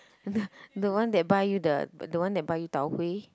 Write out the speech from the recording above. the the one that buy you the the one that buy you Tau-Huay